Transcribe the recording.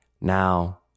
Now